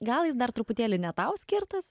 gal jis dar truputėlį ne tau skirtas